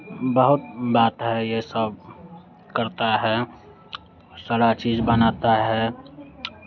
बहुत बात है ये सब करता है सारा चीज़ बनाता है